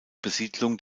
besiedlung